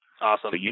Awesome